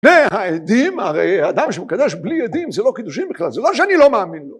והעדים, הרי אדם שמקדש בלי עדים זה לא קידושין בכלל, זה לא שאני לא מאמין לו